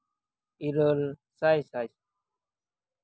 ᱤᱨᱟᱹᱞ ᱥᱟᱥᱟᱭ